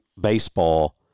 baseball